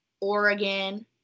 oregon